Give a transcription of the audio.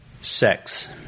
Sex